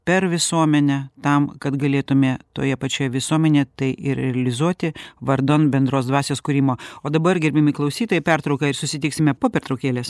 per visuomenę tam kad galėtume toje pačioje visuomenėje tai ir realizuoti vardan bendros dvasios kūrimo o dabar gerbiami klausytojai pertrauka ir susitiksime po pertraukėlės